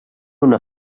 una